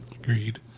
Agreed